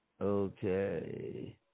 Okay